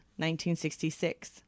1966